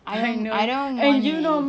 I mean I don't want mee